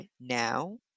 now